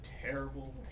terrible